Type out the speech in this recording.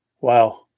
Wow